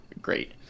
great